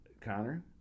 Connor